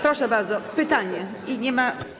Proszę bardzo, pytanie i nie ma.